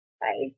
Bye